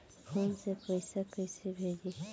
Phone से पैसा कैसे भेजी?